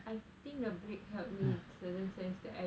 I think the break helped me in certain sense that I